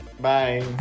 Bye